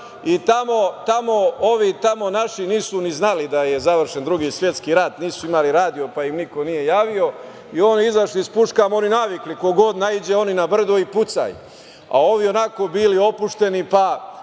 i tamo ovi naši nisu ni znali da je završen Drugi svetski rat, nisu imali radio, pa im niko nije javio, i oni izašli sa puškama, oni navikli, ko god naiđe oni na brdo i pucaj, a ovi onako bili opušteni, pa